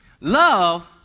Love